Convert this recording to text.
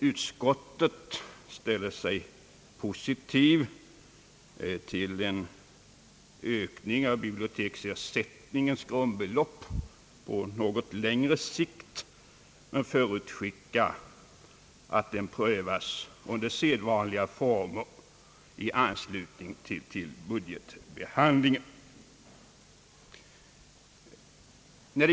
Utskottet ställer sig positivt till en ökning av biblioteksersättningens grundbelopp på något längre sikt, men förutskickar att frågan prövas under sedvanliga former i anslutning till budgetbehandlingen.